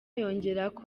yongerako